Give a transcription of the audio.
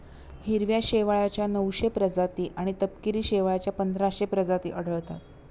हिरव्या शेवाळाच्या नऊशे प्रजाती आणि तपकिरी शेवाळाच्या पंधराशे प्रजाती आढळतात